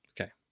Okay